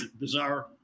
bizarre